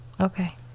Okay